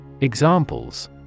Examples